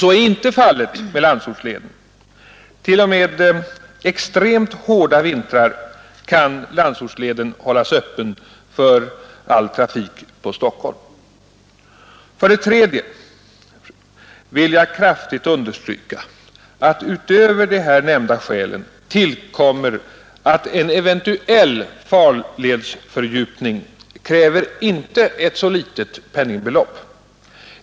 Så är inte fallet med Landsortleden. T. o. m. under extremt hårda vintrar kan Landsortsleden hållas öppen för all trafik på Stockholm. För det tredje vill jag kraftigt understryka, att utöver de nu nämnda skälen tillkommer att en eventuell farledsfördjupning kräver ett inte så litet penningbelopp.